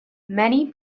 many